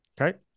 okay